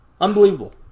Unbelievable